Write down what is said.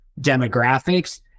demographics